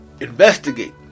investigate